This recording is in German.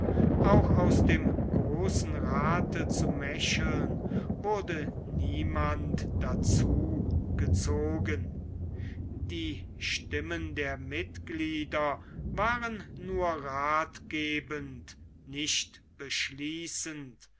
auch aus dem großen rathe zu mecheln wurde niemand dazu gezogen die stimmen der mitglieder waren nur rathgebend nicht beschließend